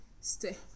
stay